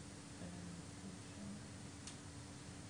הפיילוט שאנחנו נוכל להגיד